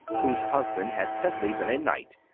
whose husband had simply been a knight,